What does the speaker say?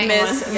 Miss